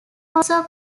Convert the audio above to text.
also